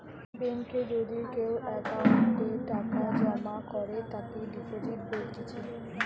বেঙ্কে যদি কেও অ্যাকাউন্টে টাকা জমা করে তাকে ডিপোজিট বলতিছে